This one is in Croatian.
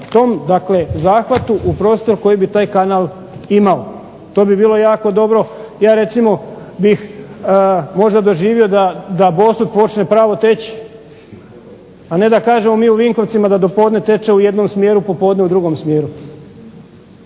tom dakle zahvatu u prostor koji bi taj kanal imao. To bi bilo jako dobro. Ja recimo bih možda doživio da Bosut počne pravo teći, a ne da kažemo mi u Vinkovcima da do podne teče u jednom smjeru, popodne u drugom smjeru.